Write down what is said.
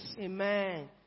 Amen